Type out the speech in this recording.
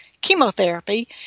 chemotherapy